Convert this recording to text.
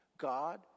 God